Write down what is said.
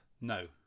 no